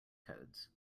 codes